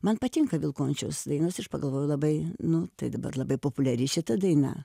man patinka vilkončiaus dainos aš pagalvojau labai nu tai dabar labai populiari šita daina